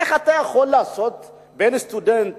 איך אתה יכול לעשות בין סטודנט